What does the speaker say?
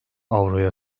avroya